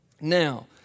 Now